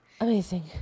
Amazing